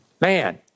man